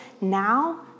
now